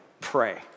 pray